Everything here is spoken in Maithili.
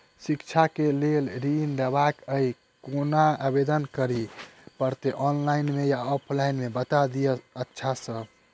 शिक्षा केँ लेल लऽ ऋण लेबाक अई केना आवेदन करै पड़तै ऑनलाइन मे या ऑफलाइन मे बता दिय अच्छा सऽ?